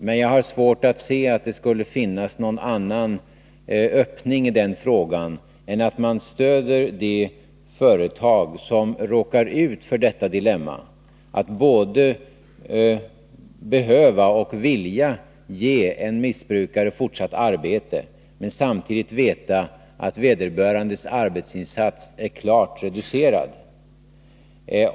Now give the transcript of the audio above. Men jag har svårt att se att det skulle finnas någon annan öppning i den här frågan än att stödja de företag som råkar ut för dilemmat att både behöva och vilja ge en missbrukare fortsatt arbete och samtidigt veta att vederbörandes arbetsinsatser är klart reducerade.